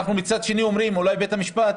אבל מצד שני אנחנו אומרים שאולי בית המשפט